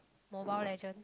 Mobile Legend